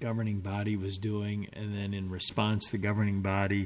governing body was doing and then in response the governing body